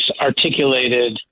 articulated